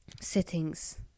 settings